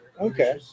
Okay